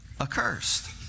Accursed